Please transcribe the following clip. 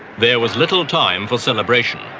there was little time for celebration.